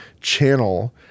channel –